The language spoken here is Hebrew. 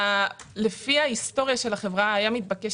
לפי ההיסטוריה של החברה היה מתבקש